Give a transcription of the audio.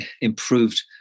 improved